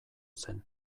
zen